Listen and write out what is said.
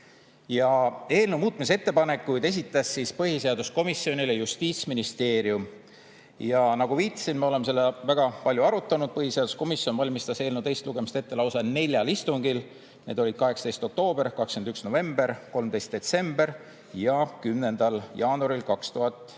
Ja eelnõu muutmise ettepanekuid esitas põhiseaduskomisjonile Justiitsministeerium. Nagu ma viitasin, me oleme seda väga palju arutanud. Põhiseaduskomisjon valmistas eelnõu teist lugemist ette lausa neljal istungil. Need olid 18. oktoobril, 21. novembril, 13. detsembril [2022] ja 10. jaanuaril 2023.